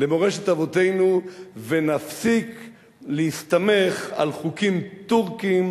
למורשת אבותינו ונפסיק להסתמך על חוקים טורקיים